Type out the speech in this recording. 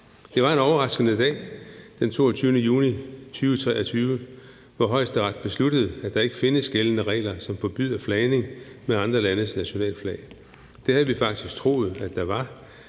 2023 var en overraskende dag, hvor Højesteret besluttede, at der ikke findes gældende regler, som forbyder flagning med andre landes nationalflag. Det havde vi faktisk troet at der var.